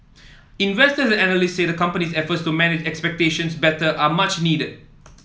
investors and analysts say the company's efforts to manage expectations better are much needed